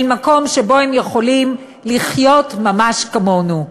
אל מקום שבו הם יכולים לחיות ממש כמונו.